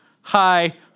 hi